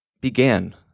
began